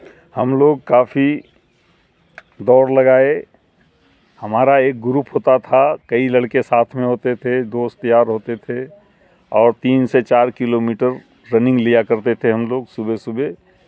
ہم لوگ کافی دوڑ لگائے ہمارا ایک گروپ ہوتا تھا کئی لڑکے ساتھ میں ہوتے تھے دوست یار ہوتے تھے اور تین سے چار کلو میٹر رننگ لیا کرتے تھے ہم لوگ صبح صبح